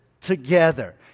together